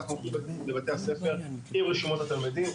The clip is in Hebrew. אנחנו הולכים לבתי-הספר עם רשימות התלמידים,